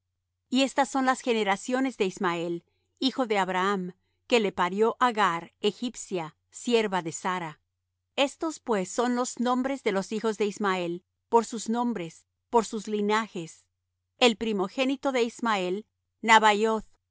y estas son las generaciones de ismael hijo de abraham que le parió agar egipcia sierva de sara estos pues son los nombres de los hijos de ismael por sus nombres por sus linajes el primogénito de ismael